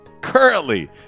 currently